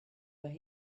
where